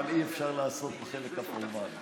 אבל אי-אפשר לעשות בחלק הפורמלי.